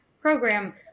program